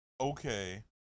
okay